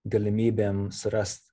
galimybėm surast